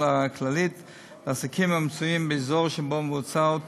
הכללית לעסקים המצויים באזור שבו מבוצעות